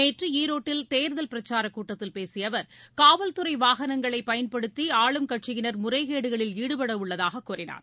நேற்று ஈரோட்டில் தேர்தல் பிரச்சார கூட்டத்தில் பேசிய அவர் காவல்துறை வாகனங்களை பயன்படுத்தி ஆளும் கட்சியினர் முறைகேடுகளில் ஈடுபட உள்ளதாக கூறினார்